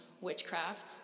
witchcraft